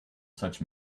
such